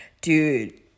dude